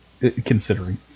considering